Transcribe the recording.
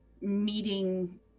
meeting